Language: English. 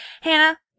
Hannah